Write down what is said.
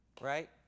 right